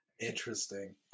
interesting